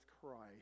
Christ